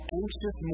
anxious